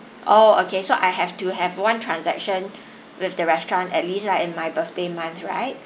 oh okay so I have to have one transaction with the restaurant at least lah in my birthday month right